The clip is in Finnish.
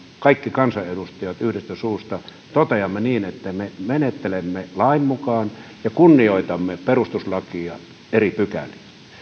kaikki kansanedustajat yhdestä suusta toteamme niin että me menettelemme lain mukaan ja kunnioitamme perustuslakia eri pykäliä